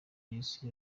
yesu